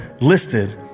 listed